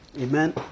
Amen